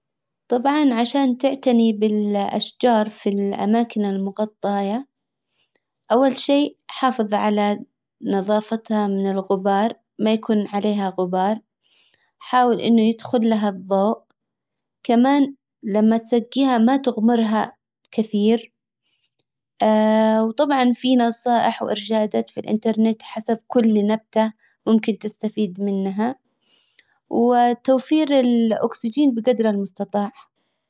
طبعا عشان تعتني بالاشجار في الاماكن المغطاية. اول شئ حافظ على نظافتها من الغبار ما يكون عليها غبار. حاول انه يدخل لها الضوء. كمان لما تسجيها ما تغمرها كثير وطبعا في نصائح وارشادات في الانترنت حسب كل نبتة ممكن تستفيد منها. وتوفير الاكسجين بجدر المستطاع.